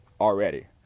already